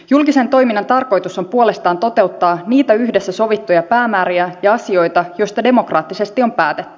julkisen toiminnan tarkoitus on puolestaan toteuttaa niitä yhdessä sovittuja päämääriä ja asioita joista demokraattisesti on päätetty